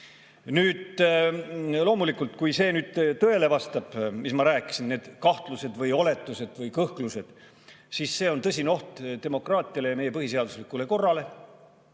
Nüüd, loomulikult, kui vastab tõele see, mida ma rääkisin, need kahtlused või oletused või kõhklused, siis see on tõsine oht demokraatiale ja meie põhiseaduslikule korrale.